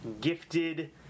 gifted